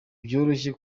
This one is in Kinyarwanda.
byoroshye